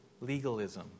legalism